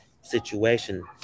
situation